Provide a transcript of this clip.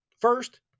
First